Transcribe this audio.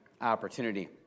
opportunity